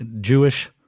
Jewish